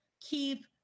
Keep